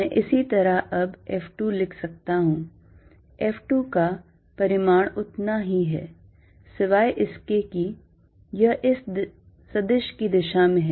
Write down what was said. मैं इसी तरह अब F2 लिख सकता हूं2 F2 का परिमाण उतना ही है सिवाए इसके कि यह इस सदिश की दिशा में है